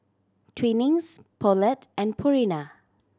Twinings Poulet and Purina